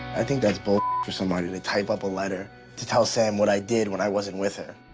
i think that's but for somebody to type up a letter to tell sam what i did when i wasn't with her.